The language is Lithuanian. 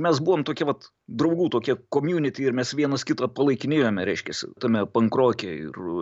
mes buvom tokie vat draugų tokie komiunity ir mes vienas kitą palaikinėjome reiškiasi tame pankroke ir